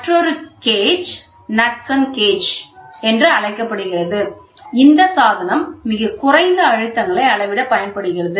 மற்றொரு gauge Knudsen gauge என்று அழைக்கப்படுகிறது இந்த சாதனம் மிகக் குறைந்த அழுத்தங்களை அளவிட பயன்படுகிறது